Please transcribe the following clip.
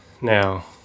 now